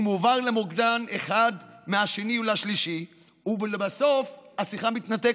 הוא מועבר ממוקדן אחד לשני ולשלישי ולבסוף השיחה מתנתקת.